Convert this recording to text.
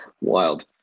wild